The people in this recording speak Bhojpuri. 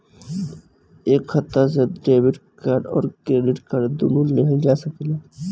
एक खाता से डेबिट कार्ड और क्रेडिट कार्ड दुनु लेहल जा सकेला?